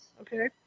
Okay